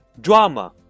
Drama